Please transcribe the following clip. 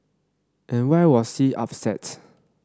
and why was C upset